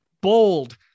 bold